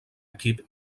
equip